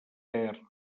ter